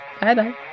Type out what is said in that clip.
Bye-bye